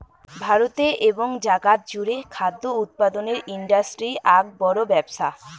ভারতে এবং জাগাত জুড়ে খাদ্য উৎপাদনের ইন্ডাস্ট্রি আক বড় ব্যপছা